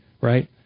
right